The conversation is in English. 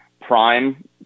prime